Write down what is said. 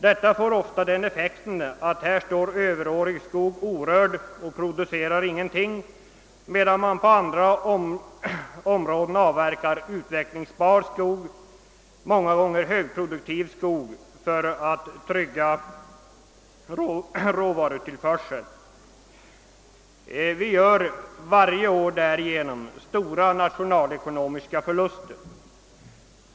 Följden blir ofta att överårig skog får stå orörd varvid ingenting produceras, medan det på andra håll avverkas utvecklingsbar skog, ofta högproduktiv, för att trygga råvarutillförseln. Därigenom gör vi varje år stora nationalekonomiska förluster.